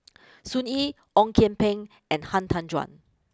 Sun Yee Ong Kian Peng and Han Tan Juan